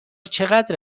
چقدر